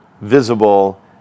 visible